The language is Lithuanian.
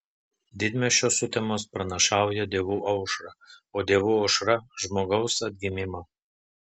didmiesčio sutemos pranašauja dievų aušrą o dievų aušra žmogaus atgimimą